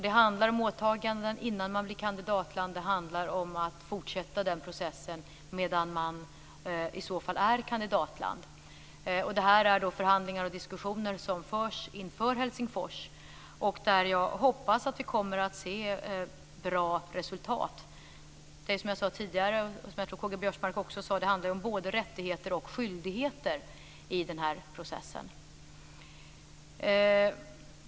Det handlar om åtaganden innan man blir kandidatland och det handlar om att fortsätta den processen medan man - i så fall - är kandidatland. Detta är förhandlingar som pågår och diskussioner som förs inför mötet i Helsingfors. Jag hoppas att vi kommer att se bra resultat. Som jag sade tidigare - och jag tror att K-G Biörsmark också sade det - handlar det ju både om rättigheter och om skyldigheter i denna process.